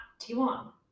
T1